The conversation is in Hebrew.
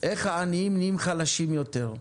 איך העניים נהיים חלשים יותר.